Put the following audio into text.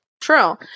True